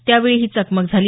त्यावेळी ही चकमक झाली